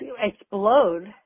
explode